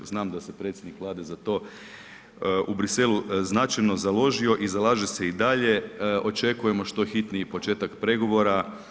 Znam da se predsjednik Vlade za to u Briselu značajno založio i zalaže se i dalje, očekujemo što hitniji početak pregovora.